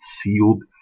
sealed